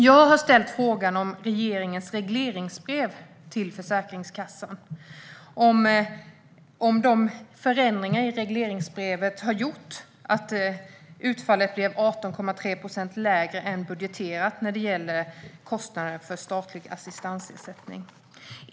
Jag har ställt frågan huruvida förändringarna i regeringens regleringsbrev till Försäkringskassan har gjort att utfallet blev 18,3 procent lägre än budgeterat när det gäller kostnaden för statlig assistansersättning.